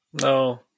No